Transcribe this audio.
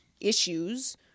issues